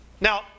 Now